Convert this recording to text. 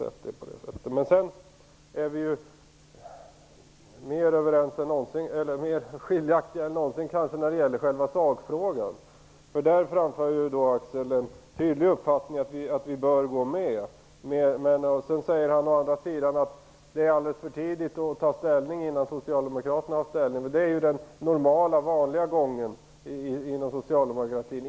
Vi skiljer oss åt mer än någonsin i själva sakfrågan. Axel framför en tydlig uppfattning om att vi bör gå med. Men samtidigt säger han att det är alldeles för tidigt att ta ställning innan Socialdemokraterna har tagit ställning. Det är den vanliga gången inom socialdemokratin.